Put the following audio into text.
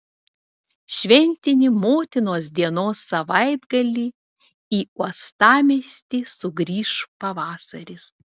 šventinį motinos dienos savaitgalį į uostamiestį sugrįš pavasaris